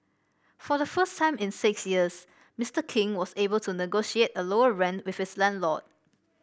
for the first time in six years Mister King was able to negotiate a lower rent with his landlord